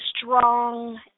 strong